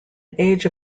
age